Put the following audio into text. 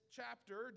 chapter